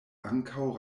ankaŭ